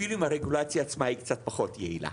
אפילו אם הרגולציה עצמה היא קצת פחות יעילה.